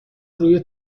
روی